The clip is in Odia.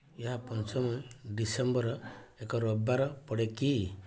ଏହା ପଞ୍ଚମ ଡିସେମ୍ବର ଏକ ରବିବାର ପଡ଼େ କି